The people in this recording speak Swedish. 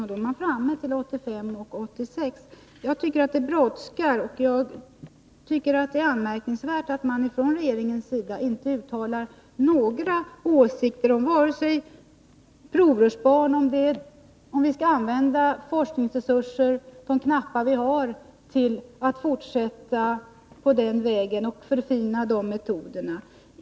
Då är vi framme vid 1985-1986. Jag tycker att det brådskar. Jag tycker att det är anmärkningsvärt att man från regeringens sida inte uttalar några åsikter om vare sig provrörsbarn eller frågan om vi skall använda de knappa forskningsresurser vi har till att fortsätta på den vägen och förfina de metoderna.